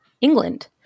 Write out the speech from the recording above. England